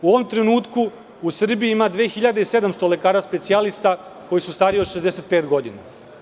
U ovom trenutku u Srbiji ima 2700 lekara specijalista koji su stariji od 65 godina.